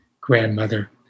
grandmother